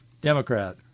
Democrat